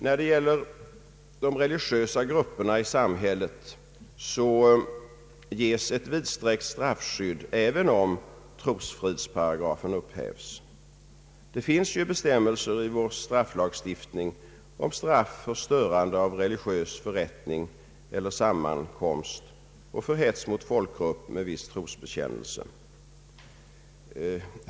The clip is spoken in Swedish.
När det gäller de religiösa grupperna i samhället ges ett vidsträckt straffskydd, även om trosfridsparagrafen upphävs. Det finns ju bestämmelser i vår strafflagstiftning om straff för störande av religiös förrättning eller sammankomst och för hets mot folkgrupp med viss trosbekännelse.